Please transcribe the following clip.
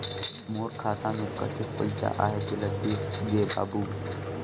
मोर खाता मे कतेक पइसा आहाय तेला देख दे बाबु?